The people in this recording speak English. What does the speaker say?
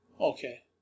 Okay